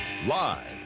Live